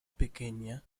pequeña